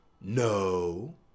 No